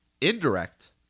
Indirect